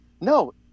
no